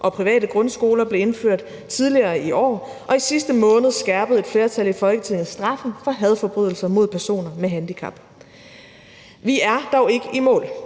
og private grundskoler blev indført tidligere i år; og i sidste måned skærpede et flertal i Folketinget straffen for hadforbrydelser mod personer med handicap. Vi er dog ikke i mål.